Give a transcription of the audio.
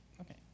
Okay